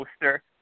poster